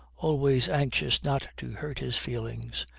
always anxious not to hurt his feelings,